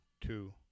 two